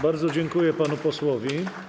Bardzo dziękuję panu posłowi.